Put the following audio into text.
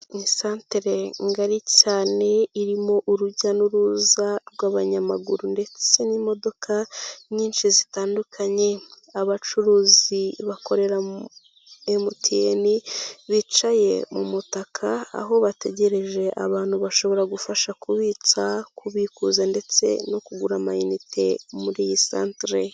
Ni isantere ngari cyane irimo urujya n'uruza rw'abanyamaguru ndetse n'imodoka nyinshi zitandukanye. Abacuruzi bakorera MTN bicaye mu umutaka, aho bategereje abantu bashobora gufasha kubitsa, kubikuza ndetse no kugura amayinite muri iyi santere.